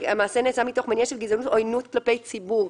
שהמעשה נעשה מתוך מניע של גזענות או עוינות כלפי ציבור.